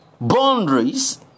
boundaries